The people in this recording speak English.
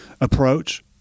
approach